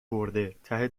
برده، ته